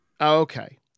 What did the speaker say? okay